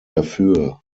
dafür